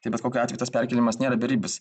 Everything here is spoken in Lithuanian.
tai bet kokiu atveju tas perkėlimas nėra beribis